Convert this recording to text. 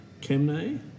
Chemnay